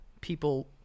people